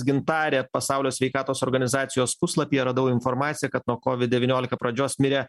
gintarė pasaulio sveikatos organizacijos puslapyje radau informaciją kad nuo kovid devyniolika pradžios mirė